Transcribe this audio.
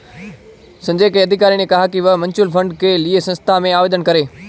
संजय के अधिकारी ने कहा कि वह म्यूच्यूअल फंड के लिए संस्था में आवेदन करें